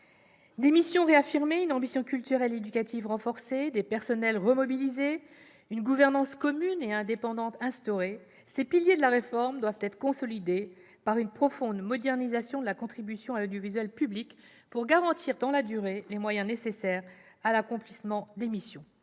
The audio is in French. Des missions réaffirmées, une ambition culturelle et éducative renforcée, des personnels remobilisés, une gouvernance commune et indépendante instaurée, ces piliers de la réforme doivent être consolidés par une profonde modernisation de la contribution à l'audiovisuel public pour garantir, dans la durée, les moyens nécessaires à l'accomplissement des missions.